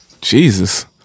Jesus